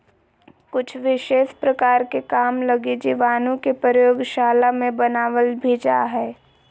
कुछ विशेष प्रकार के काम लगी जीवाणु के प्रयोगशाला मे बनावल भी जा हय